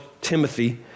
Timothy